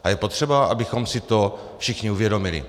A je potřeba, abychom si to všichni uvědomili.